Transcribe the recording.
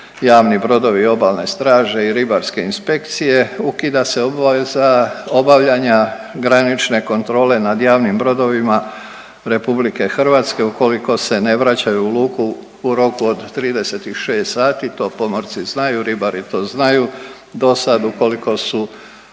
javni brodovi i obalne straže i ribarske inspekcije ukida se obaveza obavljanja granične kontrole nad javnim brodovima RH ukoliko se ne vraćaju u luku u roku od 36 sati, to pomorci znaju, ribari to znaju. Dosad ukoliko su